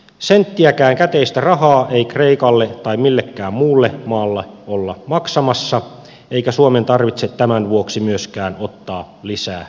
senttiäkään käteistä rahaa ennen kristusta ikalle tai millekään muulle maalle olla maksamassa eikä suomen tarvitse tämän vuoksi myöskään ottaa lisää velkaa